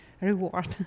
reward